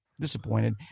disappointed